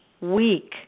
week